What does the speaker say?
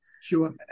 Sure